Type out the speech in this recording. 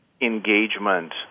engagement